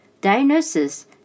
diagnosis